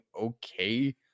okay